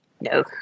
No